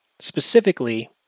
Specifically